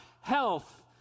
health